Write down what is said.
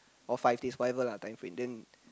or five days whatever ah time frame then